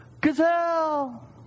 gazelle